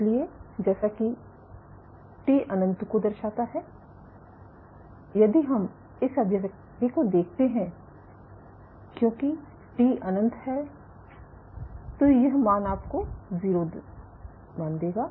इसलिए जैसा कि t अनंत को दर्शाता है यदि हम इस अभिव्यक्ति को देखते हैं क्योंकि t अनंत है तो यह मान आपको 0 मान देगा